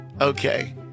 Okay